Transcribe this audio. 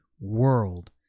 world